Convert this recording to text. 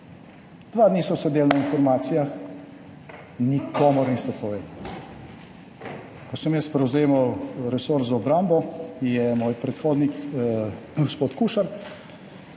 Dva dni so sedeli na informacijah, nikomur niso povedali. Ko sem jaz prevzemal resor za obrambo, je moj predhodnik, gospod Kušar,